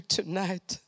tonight